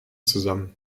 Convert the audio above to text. zusammen